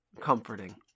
comforting